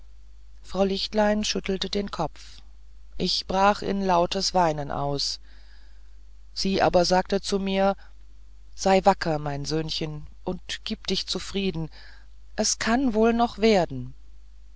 frau lichtlein schüttelte den kopf ich brach in lautes weinen aus sie aber sprach mir zu sei wacker mein söhnchen und gib dich zufrieden es kann wohl noch werden